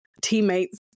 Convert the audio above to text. teammates